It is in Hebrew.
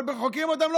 אבל חוקרים אותם.